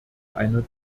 einer